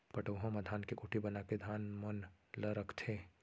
पटउहां म धान के कोठी बनाके धान मन ल रखथें